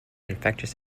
infectious